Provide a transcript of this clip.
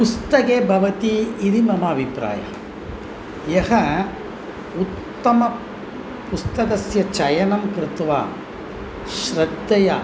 पुस्तके भवति इति मम अभिप्राय यः उत्तम पुस्तकस्य चयनं कृत्वा श्रद्धया